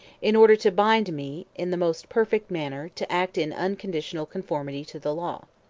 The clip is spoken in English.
in order to bind me in the most perfect manner to act in unconditional conformity to the law.